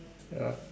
ya